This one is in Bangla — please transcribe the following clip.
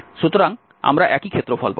সুতরাং আমরা একই ক্ষেত্রফল পাব